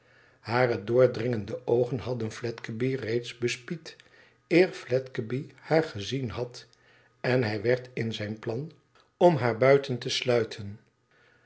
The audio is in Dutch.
hare doordringende oogen hadden fledgeby reeds bespied eer fledgeby haar gezien had en hij werd in zijn plan om haar buiten te sluiten